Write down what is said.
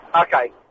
Okay